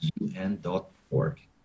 un.org